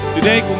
Today